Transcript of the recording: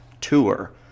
Tour